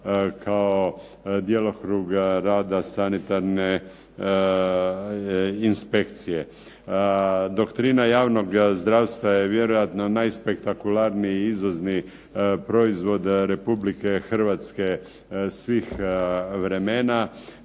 kao djelokruga rada sanitarne inspekcije. Doktrina javnog zdravstva je vjerojatno najspektakularniji izvozni proizvod Republike Hrvatske svih vremena,